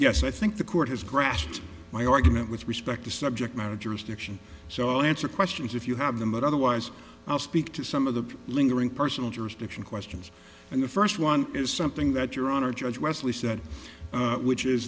yes i think the court has grasped my argument with respect to subject matter jurisdiction so i'll answer questions if you have them but otherwise i'll speak to some of the lingering personal jurisdiction questions and the first one is something that your honor judge leslie said which is